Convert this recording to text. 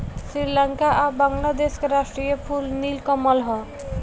श्रीलंका आ बांग्लादेश के राष्ट्रीय फूल नील कमल ह